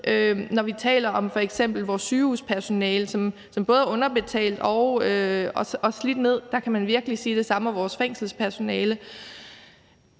Når vi taler om f.eks. vores sygehuspersonale, som både er underbetalt og slidt ned, kan man virkelig sige det samme om vores fængselspersonale.